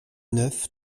neuf